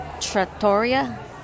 Trattoria